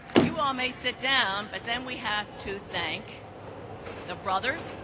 you all may sit down but then we have to thank the brothers,